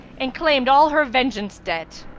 and claimed all her vengeance debt.